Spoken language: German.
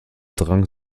drang